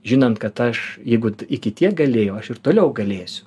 žinant kad aš jeigu iki tiek galėjau aš ir toliau galėsiu